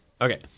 Okay